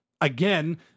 Again